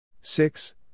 Six